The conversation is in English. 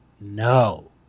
no